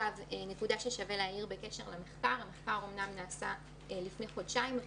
חשוב להעיר שהמחקר אומנם נעשה לפני חודשיים,